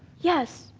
yes,